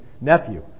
nephew